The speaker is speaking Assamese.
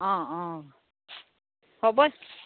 অঁ অঁ হ'ব